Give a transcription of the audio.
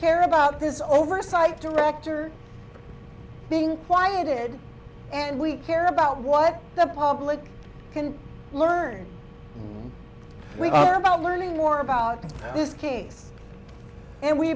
care about this oversight director being quieted and we care about what the public can learn we are about learning more about this case and we